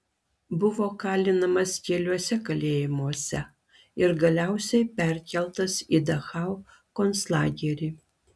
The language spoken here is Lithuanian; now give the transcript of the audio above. buvo kalinamas keliuose kalėjimuose ir galiausiai perkeltas į dachau konclagerį